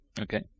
Okay